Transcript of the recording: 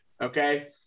okay